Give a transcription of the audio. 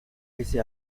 ese